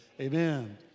Amen